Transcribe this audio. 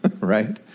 right